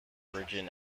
virgin